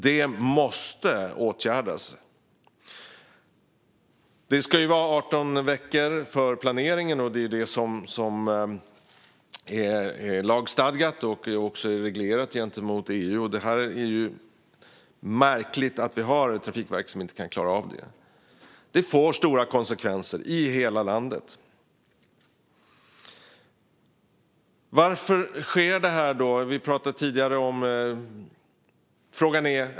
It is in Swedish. Det måste åtgärdas. Det ska vara 18 veckor för planeringen. Det är lagstadgat och reglerat gentemot EU. Det är därför märkligt att vi har ett trafikverk som inte kan klara av det. Det får stora konsekvenser i hela landet. Varför sker detta?